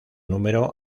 número